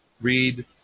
read